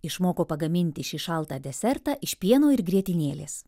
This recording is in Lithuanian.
išmoko pagaminti šį šaltą desertą iš pieno ir grietinėlės